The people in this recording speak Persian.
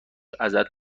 ازت